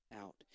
out